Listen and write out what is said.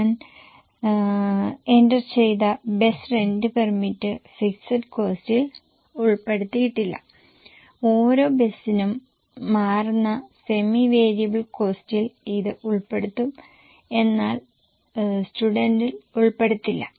ഞാൻ എന്റർ ചെയ്ത bus rent permit fixed കോസ്റ്റിൽ ഉൾപ്പെടുത്തിയില്ല ഓരോ ബസിനും മാറുന്ന സെമി വേരിയബിൾ കോസ്റ്റിൽ ഇത് ഉൾപ്പെടുത്തും എന്നാൽ സ്റ്റുഡന്റിൽ ഉൾപ്പെടുത്തില്ല